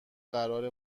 قرار